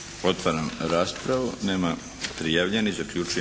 Otvaram raspravu. Nema prijavljenih. Zaključujem